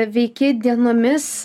veiki dienomis